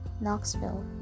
Knoxville